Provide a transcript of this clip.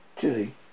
Julie